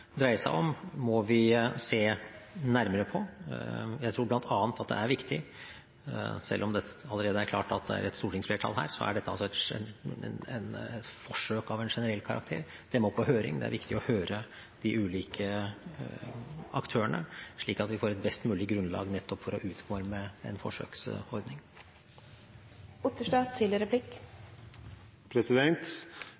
seg om, må vi se nærmere på. Selv om det allerede er klart at det er et stortingsflertall her og dette er et forsøk av generell karakter, så må det på høring. Det er viktig å høre de ulike aktørene, slik at vi får et best mulig grunnlag nettopp for å utforme en forsøksordning. Denne saken spesielt knyttet til